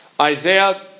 Isaiah